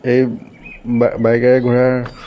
এই বাইকেৰে ঘূৰাৰ